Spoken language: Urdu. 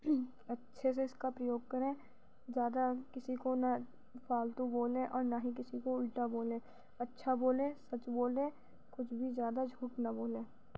اچھے سے اس کا پریوگ کریں زیادہ کسی کو نہ فالتو بولیں اور نہ ہی کسی کو الٹا بولیں اچھا بولیں سچ بولیں کچھ بھی زیادہ جھوٹ نہ بولیں